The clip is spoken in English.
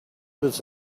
was